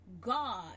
God